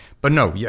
but no, yeah